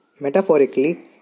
Metaphorically